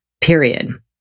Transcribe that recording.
period